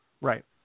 Right